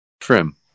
Trim